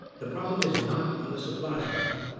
the problem is not on the supply side.